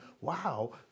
wow